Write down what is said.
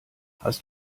hast